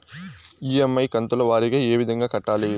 EMI కంతుల వారీగా ఏ విధంగా కట్టాలి